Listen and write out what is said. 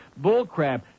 Bullcrap